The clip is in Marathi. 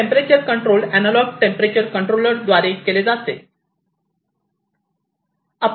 temperature control analog temperature controller द्वारे केले जाते